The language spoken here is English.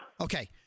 Okay